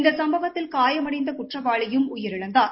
இந்த சும்பவத்தில் காயமடைந்த குற்றவாளியும் உயிரிழந்தார்